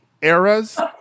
eras